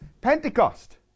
Pentecost